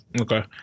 Okay